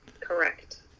Correct